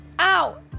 Ow